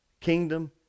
Kingdom